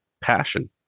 passion